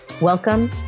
Welcome